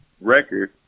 record